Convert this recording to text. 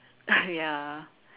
ya